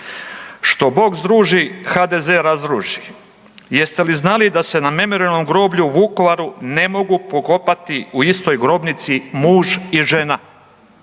Što bog združi HDZ razdruži! Jeste li znali da se na Memorijalnom groblju u Vukovaru ne mogu pokopati u istoj grobnici muž i žena?